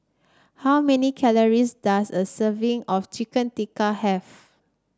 how many calories does a serving of Chicken Tikka have